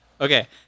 Okay